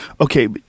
Okay